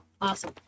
Awesome